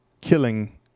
Killing